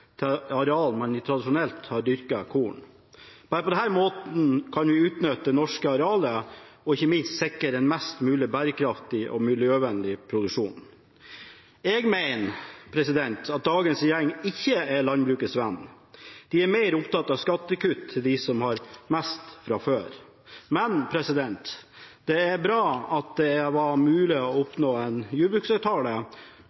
areal der man tradisjonelt har dyrket korn. Bare på denne måten kan vi utnytte det norske arealet og ikke minst sikre en mest mulig bærekraftig og miljøvennlig produksjon. Jeg mener at dagens regjering ikke er landbrukets venn. De er mer opptatt skattekutt til dem som har mest fra før. Men det er bra at det var mulig å oppnå en